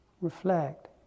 reflect